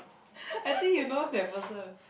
I think you knows that person